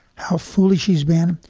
how foolish she's been,